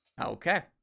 okay